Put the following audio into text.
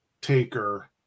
Taker